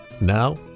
now